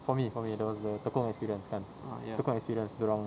for me for me there was the tekong experience kan the tekong experience dia orang